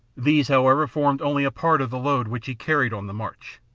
these, however, formed only a part of the load which he carried on the march.